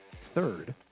third